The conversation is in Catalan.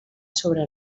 sobre